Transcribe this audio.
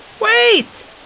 Wait